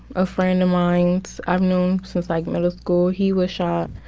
a friend of mines i've known since, like, middle school he was shot.